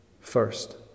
first